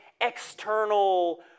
external